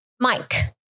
Mike